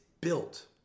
built